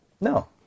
No